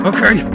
Okay